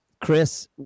Chris